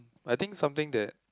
I think something that